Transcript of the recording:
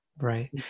right